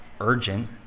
urgent